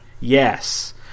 Yes